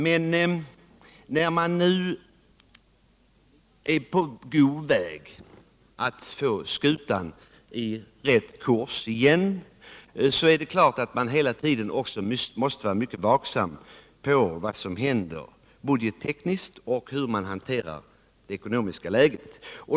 Men när man nu är på god väg att få skutan på rätt kurs igen måste man självfallet hela tiden också vara mycket vaksam på vad som händer budgettekniskt och på hur man agerar i det rådande ekonomiska läget.